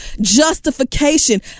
justification